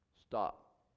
Stop